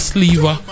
Sleeve